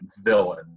villain